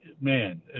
man